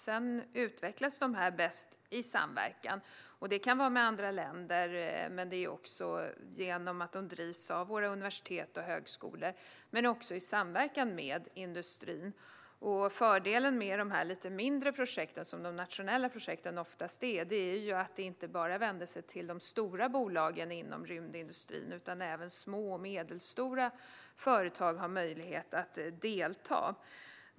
De utvecklas bäst i samverkan, som kan ske med andra länder eller genom att de drivs av våra universitet och högskolor i samverkan med industrin. Fördelen med de här lite mindre projekten, som de nationella projekten oftast är, är att de inte bara vänder sig till de stora bolagen inom rymdindustrin; även små och medelstora företag har möjlighet att delta.